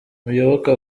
muyoboke